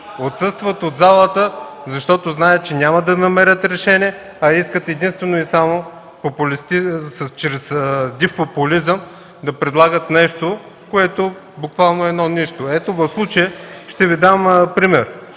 Отсъстват от залата, защото знаят, че няма да намерят решение, а искат единствено и само чрез див популизъм да предлагат нещо, което буквално е едно нищо! В случая ще Ви дам пример: